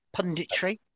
Punditry